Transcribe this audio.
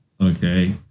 okay